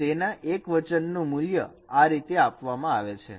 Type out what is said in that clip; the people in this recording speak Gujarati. અને તેના એકવચન મૂલ્યો આ રીતે આપવામાં આવે છે